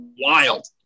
wild